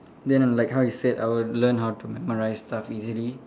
then and like how you said I will learn how to memorize stuff easily